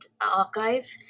archive